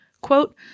Quote